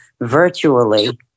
virtually